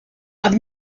had